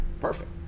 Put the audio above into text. Perfect